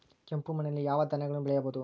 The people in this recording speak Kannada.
ಕೆಂಪು ಮಣ್ಣಲ್ಲಿ ಯಾವ ಧಾನ್ಯಗಳನ್ನು ಬೆಳೆಯಬಹುದು?